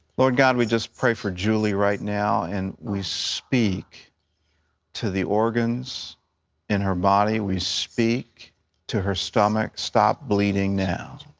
lord god, we just pray for julie right now. and we speak to the organs in her body. we speak to her stomach. stop bleeding now.